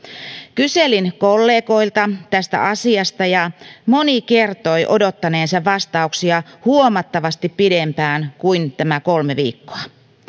kyselin kollegoilta tästä asiasta ja moni kertoi odottaneensa vastauksia huomattavasti pidempään kuin tämän kolme viikkoa